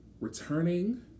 returning